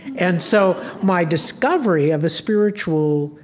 and so my discovery of a spiritual